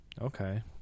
Okay